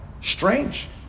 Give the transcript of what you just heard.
Strange